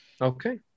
Okay